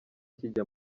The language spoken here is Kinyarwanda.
kijya